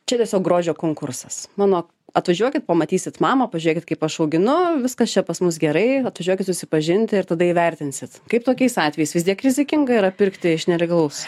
čia tiesiog grožio konkursas mano atvažiuokit pamatysit mamą pažiūrėkit kaip aš auginu viskas čia pas mus gerai atvažiuokit susipažinti ir tada įvertinsit kaip tokiais atvejais vis tiek rizikinga yra pirkti iš nelegalaus